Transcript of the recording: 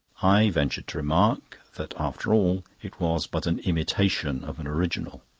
i ventured to remark that after all it was but an imitation of an original.